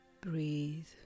Breathe